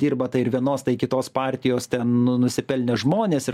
dirba tai ir vienos tai kitos partijos ten nu nusipelnę žmonės ir